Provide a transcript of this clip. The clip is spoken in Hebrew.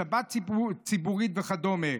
שבת ציבורית וכדומה,